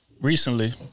Recently